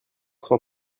cent